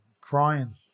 crying